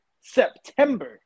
September